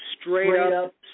straight-up